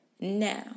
Now